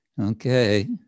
Okay